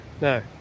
No